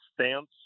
stance